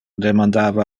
demandava